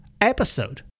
episode